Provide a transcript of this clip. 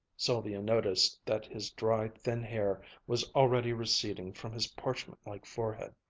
sylvia noticed that his dry, thin hair was already receding from his parchment-like forehead.